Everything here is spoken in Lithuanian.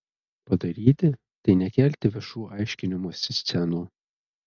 padaryti tai nekelti viešų aiškinimosi scenų